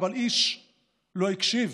אבל איש לא הקשיב.